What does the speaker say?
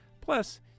Plus